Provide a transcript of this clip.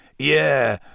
Yeah